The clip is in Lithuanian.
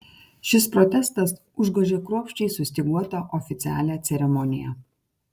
šis protestas užgožė kruopščiai sustyguotą oficialią ceremoniją